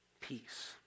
peace